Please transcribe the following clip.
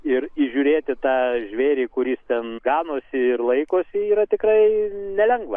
ir įžiūrėti tą žvėrį kuris ten ganosi ir laikosi yra tikrai nelengva